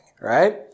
right